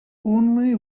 only